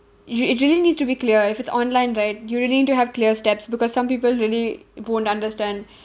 rea~ it really needs to be clear if it's online right you really need to have clear steps because some people really won't understand